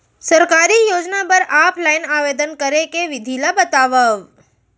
सरकारी योजना बर ऑफलाइन आवेदन करे के विधि ला बतावव